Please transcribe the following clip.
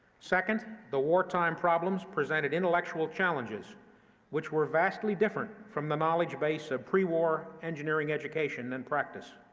second, the wartime problems presented intellectual challenges which were vastly different from the knowledge base of pre-war engineering education and practice,